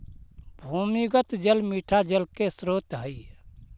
भूमिगत जल मीठा जल के स्रोत हई